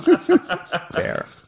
Fair